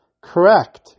correct